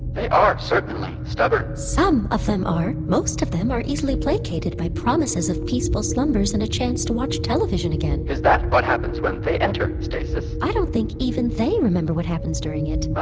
they are certainly stubborn some of them are. most of them are easily placated by promises of peaceful slumbers and a chance to watch television again is that what happens when they enter stasis? i don't think even they remember what happens during it